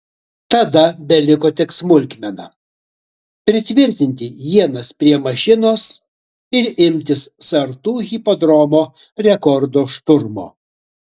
tada beliko tik smulkmena pritvirtinti ienas prie mašinos ir imtis sartų hipodromo rekordo šturmo